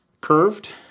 curved